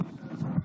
בבקשה,